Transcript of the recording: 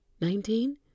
Nineteen